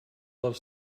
love